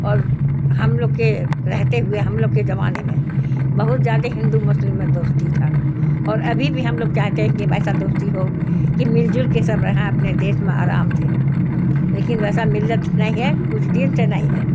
اور ہم لوگ کے رہتے ہوئے ہم لوگ کے زمانے میں بہت جیادے ہندو مسلم میں دوستی تھا اور ابھی بھی ہم لوگ چاہتے ہیں کہ ویسا دوستی ہو کہ مل جل کے سب رہاں اپنے دیش میں آرام سے لیکن ویسا ملت نہیں ہے کچھ دن سے نہیں ہے